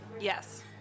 Yes